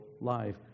life